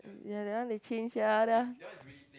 ya then how they change sia